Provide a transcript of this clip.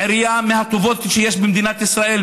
עירייה מהטובות שיש במדינת ישראל,